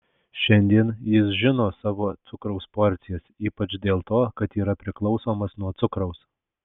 šiandien jis žino savo cukraus porcijas ypač dėl to kad yra priklausomas nuo cukraus